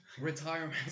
retirement